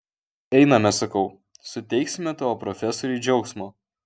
einame sakau suteiksime tavo profesoriui džiaugsmo